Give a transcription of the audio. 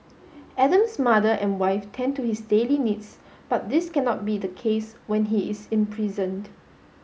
Adam's mother and wife tend to his daily needs but this cannot be the case when he is imprisoned